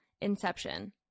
inception